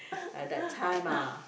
at that time ah